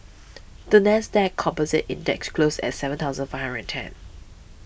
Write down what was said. the NASDAQ Composite Index closed at seven thousand Five Hundred and ten